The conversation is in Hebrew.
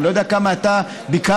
אני לא יודע כמה אתה ביקרת,